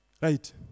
Right